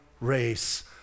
race